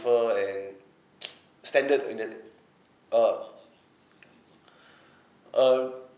safer and standard and then uh uh